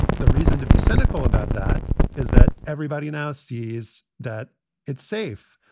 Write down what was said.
the reason to be cynical about that is that everybody now sees that it's safe.